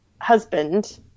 husband